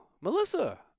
Melissa